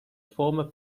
former